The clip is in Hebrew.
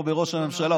לא בראש הממשלה.